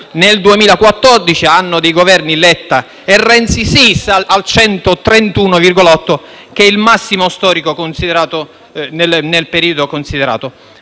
nel 2014, anno dei Governi Letta e Renzi, si issa al 131,8, che è il massimo storico nel periodo considerato.